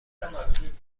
است